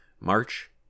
March